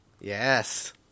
Yes